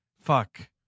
Fuck